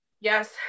yes